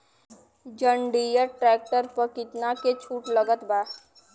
जंडियर tractor पर कितना के छूट चलत बा?